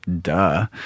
duh